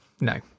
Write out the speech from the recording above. No